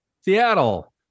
Seattle